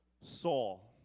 Saul